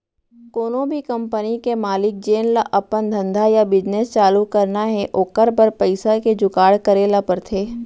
कोनो भी कंपनी के मालिक जेन ल अपन धंधा या बिजनेस चालू करना हे ओकर बर पइसा के जुगाड़ करे ल परथे